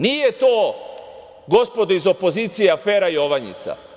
Nije to, gospodo iz opozicije, afera "Jovanjica"